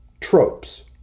tropes